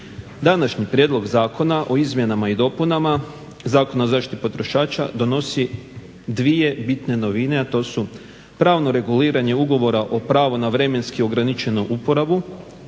Današnji Prijedlog zakona o izmjenama i dopunama Zakona o zaštiti potrošača donosi dvije bitne novine, a to su pravno reguliranje ugovora o pravu na vremenski ograničenu uporabu